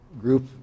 group